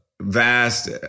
Vast